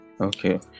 okay